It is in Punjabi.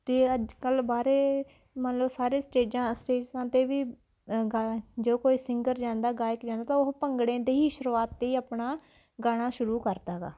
ਅਤੇ ਅੱਜ ਕੱਲ੍ਹ ਬਾਹਰੇ ਮੰਨ ਲਉ ਸਾਰੇ ਸਟੇਜਾਂ ਸਟੇਜਾਂ 'ਤੇ ਵੀ ਗਾਇਆ ਜੋ ਕੋਈ ਸਿੰਗਰ ਜਾਂਦਾ ਗਾਇਕ ਜਾਂਦਾ ਤਾਂ ਉਹ ਭੰਗੜੇ ਦੇ ਹੀ ਸ਼ੁਰੂਆਤ 'ਤੇ ਹੀ ਆਪਣਾ ਗਾਣਾ ਸ਼ੁਰੂ ਕਰਦਾ ਗਾ